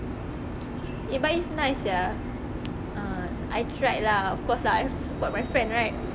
eh but it's nice sia ah tried lah of course lah I've to support my friend right